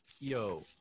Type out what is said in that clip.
Yo